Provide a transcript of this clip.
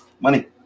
money